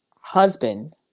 husband